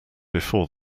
before